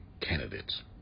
candidates